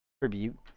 tribute